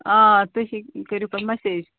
آ تُہۍ ہے کٔرِو پَتہٕ مَسیج